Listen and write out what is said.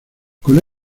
con